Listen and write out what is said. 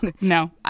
no